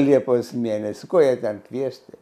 liepos mėnesį ko jie ten kviesti